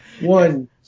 One